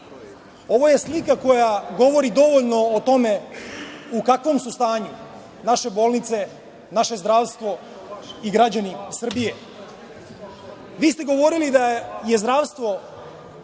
Ovo je slika koja govori dovoljno o tome u kakvom su stanju naše bolnice, naše zdravstvo i građani Srbije. Vi ste govorili da je zdravstvo